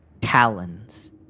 talons